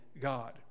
God